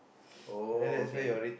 oh okay